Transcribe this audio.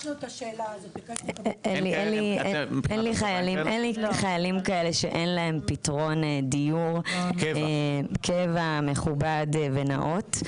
אין לי חיילים כאלה שאין להם פתרון דיור קבע מכובד ונאות.